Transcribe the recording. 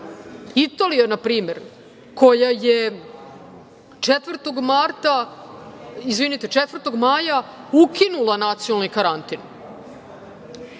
Italija na primer koja je 4. maja ukinula nacionalni karantin